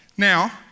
Now